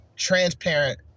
transparent